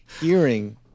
hearing